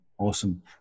Awesome